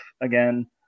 again